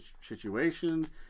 situations